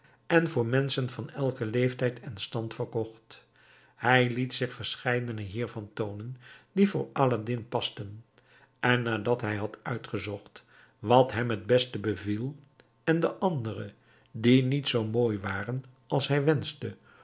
en voor menschen van elken leeftijd en stand verkocht hij liet zich verscheidene hiervan toonen die voor aladdin pasten en nadat hij had uitgezocht wat hem het beste beviel en de andere die niet zoo mooi waren als hij wenschte